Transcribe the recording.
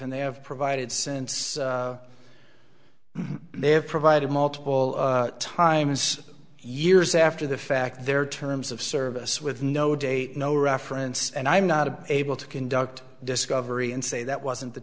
and they have provided sense they have provided multiple times years after the fact there are terms of service with no date no reference and i'm not able to conduct discovery and say that wasn't the